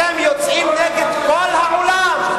אתם יוצאים נגד כל העולם.